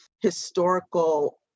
historical